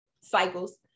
cycles